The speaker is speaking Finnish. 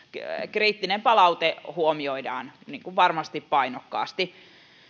kriittinen palaute huomioidaan varmasti painokkaasti